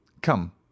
Come